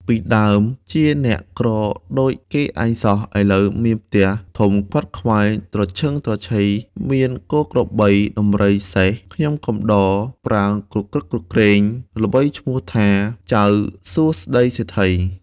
ពីដើម ជាអ្នកក្រដូចគេឯងសោះ ឥឡូវមានផ្ទះធំខ្វាត់ខ្វែងត្រឈឹងត្រឈៃ មានគោក្របី ដំរី សេះ ខ្ញុំកំដរប្រើគគ្រឹកគគ្រេង ល្បីឈ្មោះថា ចៅសួស្ដិ៍សេដ្ឋី។